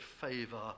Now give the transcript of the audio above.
favor